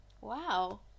wow